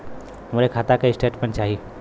हमरे खाता के स्टेटमेंट चाही?